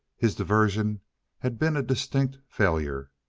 his diversion had been a distinct failure,